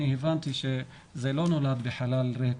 אני הבנתי שזה לא נולד בחלל ריק.